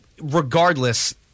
Regardless